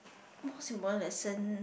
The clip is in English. most important lesson